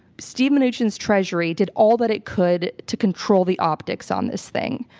steve mnuchin's treasury did all that it could to control the optics on this thing.